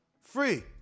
Free